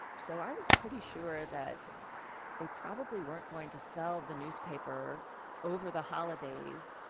so i was pretty sure that they probably weren't going to sell the newspaper over the holidays,